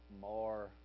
more